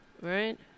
Right